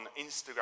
Instagram